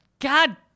God